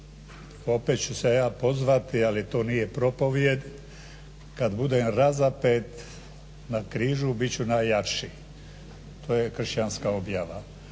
opet ću se ja pozvati ali to nije propovijed kad budem razapet na križu bit ću najjači. To je kršćanska objava.